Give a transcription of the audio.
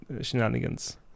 shenanigans